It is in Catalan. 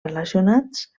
relacionats